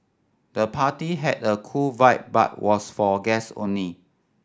the party had a cool vibe but was for guest only